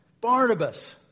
Barnabas